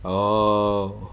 orh